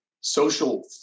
social